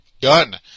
done